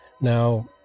Now